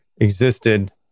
existed